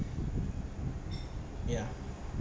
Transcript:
ya